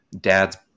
dad's